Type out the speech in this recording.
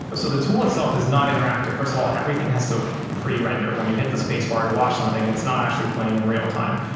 so the tool itself is not interactive. first of all, everything has to pre-render. when you hit the spacebar to watch something, it's not actually playing in real-time.